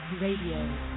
Radio